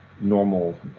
normal